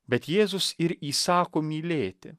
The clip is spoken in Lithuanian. bet jėzus ir įsako mylėti